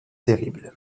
terribles